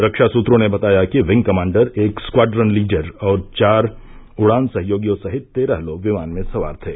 रक्षा सूत्रों ने बताया कि विंग कमांडर एक स्क्वाड्रन लीडर और चार उड़ान सहयोगियों सहित तेरह लोग विमान में सवार थे